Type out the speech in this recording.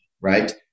right